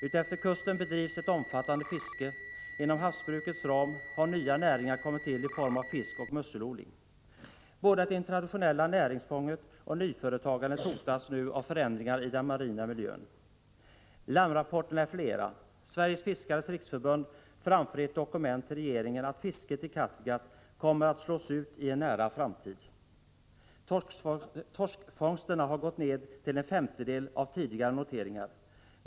Utefter kusten bedrivs ett omfattande fiske. Inom havsbrukets ram har nya näringar kommit till i form av fiskoch musselodling. Både det traditionella näringsfånget och nyföretagandet hotas nu av förändringar i den marina miljön. Larmrapporterna är flera. Sveriges fiskares riksförbund framför i ett dokument till regeringen att fisket i Kattegatt kommer att slås ut i en nära framtid. Torskfångsterna har gått ned till en femtedel av tidigare noteringar.